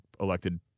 elected